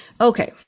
Okay